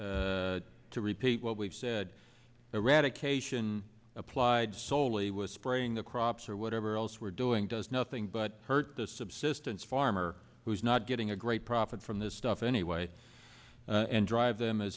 to repeat what we've said eradication applied soley was spraying the crops or whatever else we're doing does nothing but hurt the subsistence farmer who's not getting a great profit from this stuff anyway and drive them as